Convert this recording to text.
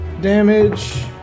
damage